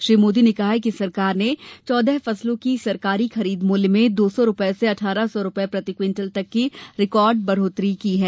श्री मोदी ने कहा कि सरकार ने चौदह फसलों की सरकारी खरीद मूल्य में दौ सौ रूपये से अठारह सौ रूपये प्रति क्विंटल तक की रिकार्ड बढोत्तरी की है